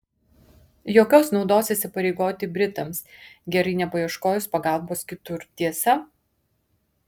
jokios naudos įsipareigoti britams gerai nepaieškojus pagalbos kitur tiesa